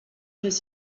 his